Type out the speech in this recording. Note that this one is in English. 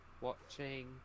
watching